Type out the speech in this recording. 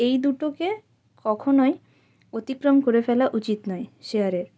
এই দুটোকে কখনোই অতিক্রম করে ফেলা উচিত নয় শেয়ারের